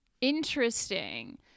Interesting